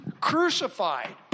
crucified